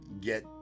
get